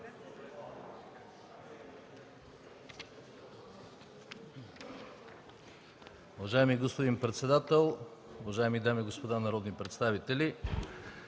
Уважаеми господин председател, уважаеми дами и господа народни представители!